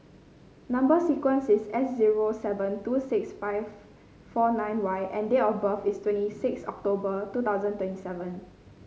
number sequence is S zero seven two six five four nine Y and date of birth is twenty six October two thousand twenty seven